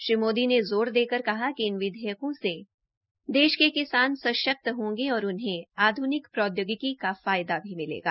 श्री मोदी ने ज़ोर देकर कहा कि इन विधेयकों से देश के किसान सशक्त होंगे और उन्हें आधुनिक प्रौद्योगिकी का फायदा मिलेगा